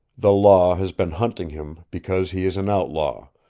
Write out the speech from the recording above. the law has been hunting him because he is an outlaw,